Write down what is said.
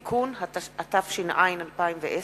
(תיקון), התש"ע 2010,